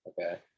okay